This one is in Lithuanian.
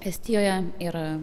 estijoje ir